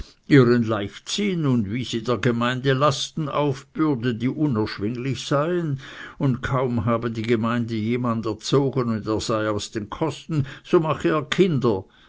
ihren leichtsinn und wie sie der gemeinde lasten aufbürde die unerschwinglich seien und kaum habe die gemeinde jemand erzogen und er sei aus den kosten so mache er kinder